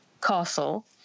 castle